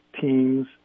teams